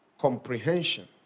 comprehension